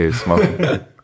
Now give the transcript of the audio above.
smoking